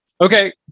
Okay